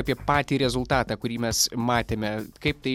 apie patį rezultatą kurį mes matėme kaip tai